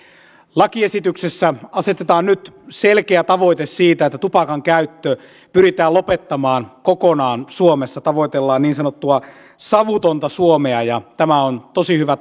lakiesityksessä asetetaan nyt selkeä tavoite siitä että tupakan käyttö pyritään lopettamaan kokonaan suomessa tavoitellaan niin sanottua savutonta suomea ja tämä on tosi hyvä